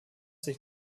sich